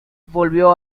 volvió